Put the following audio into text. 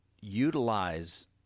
utilize